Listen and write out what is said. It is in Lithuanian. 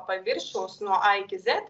paviršiaus nuo a iki zet